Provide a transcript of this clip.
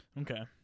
Okay